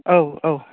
औ औ